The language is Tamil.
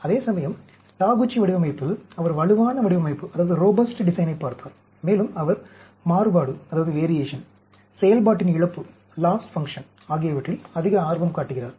அதேசமயம் டாகுச்சி வடிவமைப்பில் அவர் வலுவான வடிவமைப்பைப் பார்த்தார் மேலும் அவர் மாறுபாடு செயல்பாட்டின் இழப்பு ஆகியவற்றில் அதிக ஆர்வம் காட்டுகிறார்